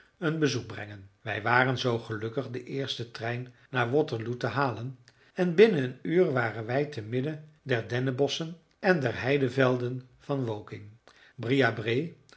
een bezoek brengen wij waren zoo gelukkig den eersten trein naar waterloo te halen en binnen een uur waren wij te midden der dennenbosschen en der heidevelden van woking